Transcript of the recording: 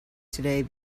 today